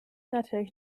natürlich